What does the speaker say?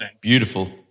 beautiful